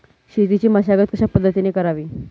शेतीची मशागत कशापद्धतीने करावी?